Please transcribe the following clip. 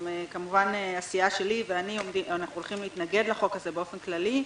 כמובן שהסיעה שלי ואני הולכים להתנגד לחוק הזה באופן כללי.